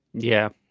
yeah.